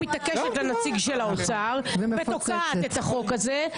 מתעקשת בנציג של האוצר ותוקעת את החוק הזה,